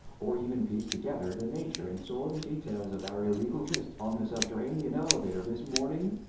or even piece together the nature and sordid details of our illegal tryst on the subterranean elevator this morning?